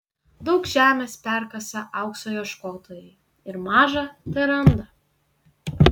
daug žemės perkasa aukso ieškotojai ir maža teranda